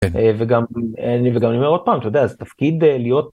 וגם אני וגם אני אומר עוד פעם אתה יודע זה תפקיד להיות.